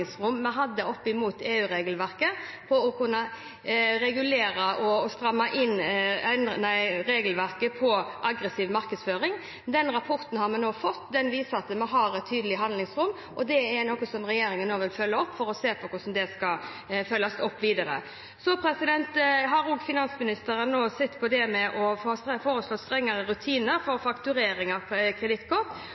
vi hadde opp mot EU-regelverket for å kunne regulere og stramme inn regelverket for aggressiv markedsføring. Denne rapporten har vi fått nå, og den viser at vi har et tydelig handlingsrom. Det er noe regjeringen vil følge opp for å se på hvordan det skal følges opp videre. Finansministeren har også sett på det å foreslå strengere rutiner for fakturering av